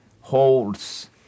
holds